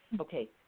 Okay